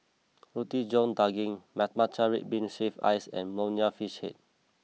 Roti John Daging Matcha Red Bean Shaved Ice and Nonya Fish Head